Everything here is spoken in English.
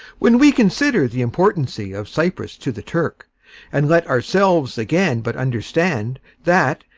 when we consider the importancy of cyprus to the turk and let ourselves again but understand that,